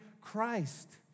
Christ